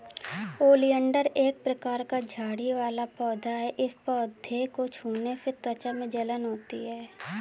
oleander एक प्रकार का झाड़ी वाला पौधा है इस पौधे को छूने से त्वचा में जलन होती है